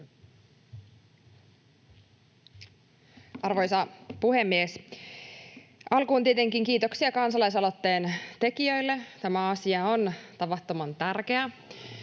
Arvoisa puhemies! Alkuun tietenkin kiitoksia kansalaisaloitteen tekijöille. Tämä asia on tavattoman tärkeä,